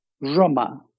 Roma